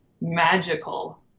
magical